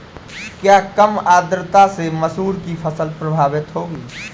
क्या कम आर्द्रता से मसूर की फसल प्रभावित होगी?